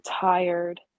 tired